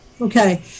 Okay